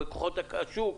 בכוחות השוק,